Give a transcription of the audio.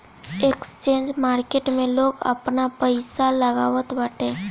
exchange market में लोग आपन पईसा लगावत बाटे